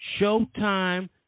Showtime